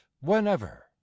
whenever